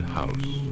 house